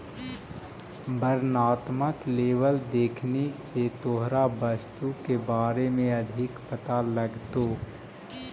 वर्णात्मक लेबल देखने से तोहरा वस्तु के बारे में अधिक पता लगतो